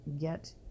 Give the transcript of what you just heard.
get